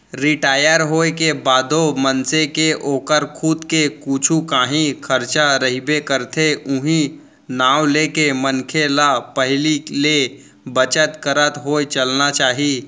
retire होए के बादो मनसे के ओकर खुद के कुछु कांही खरचा रहिबे करथे उहीं नांव लेके मनखे ल पहिली ले बचत करत होय चलना चाही